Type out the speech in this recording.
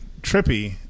trippy